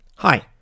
Hi